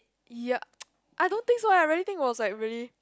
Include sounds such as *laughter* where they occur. ya *noise* I don't think so eh I really think it was like really